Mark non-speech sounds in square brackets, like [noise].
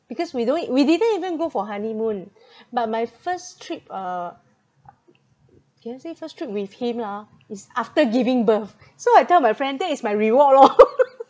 because we don't we didn't even go for honeymoon but my first trip uh can I say first trip with him lah ah is after giving birth so I tell my friend that is my reward lor [laughs]